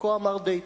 כה אמר דייטון.